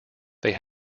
they